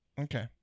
Okay